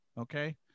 Okay